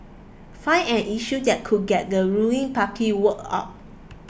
find an issue that could get the ruling party worked up